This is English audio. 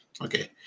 Okay